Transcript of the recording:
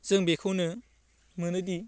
जों बेखौनो मोनोदि